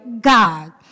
God